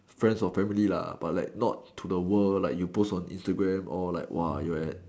friends or family lah but like not to the world like you post on Instagram or like !whoa! you like that